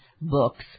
books